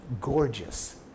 gorgeous